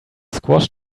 squashed